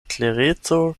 klereco